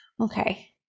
okay